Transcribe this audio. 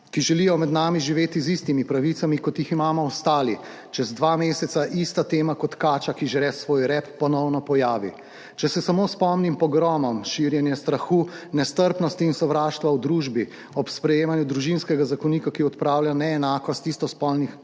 ki želijo med nami živeti z istimi pravicami, kot jih imamo ostali, čez dva meseca ista tema kot kača, ki žre svoj rep, ponovno pojavi. Če se samo spomnim pogromov, širjenja strahu, nestrpnosti in sovraštva v družbi ob sprejemanju Družinskega zakonika, ki odpravlja neenakost istospolnih